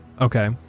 Okay